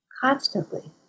constantly